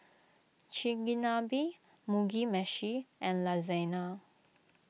Chigenabe Mugi Meshi and Lasagna